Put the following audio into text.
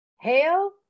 hail